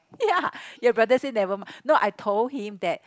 ya ya but that said never no I told him that